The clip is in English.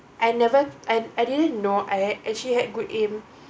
I never I I didn't know I actually had good aim